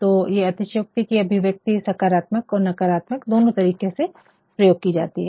तो ये अतिश्योक्ति कि अभिव्यक्ति सकारात्मक और नकारात्मक दोनों तरीके से प्रयोग कि जाती है